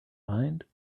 mind